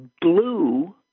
blue